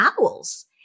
owls